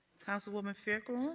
councilwoman fairclough.